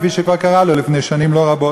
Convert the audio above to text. כפי שכבר קרה לו לפני שנים לא רבות?